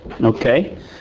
Okay